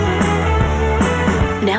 Now